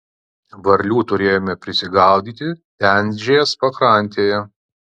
varlių turėjome prisigaudyti tenžės pakrantėje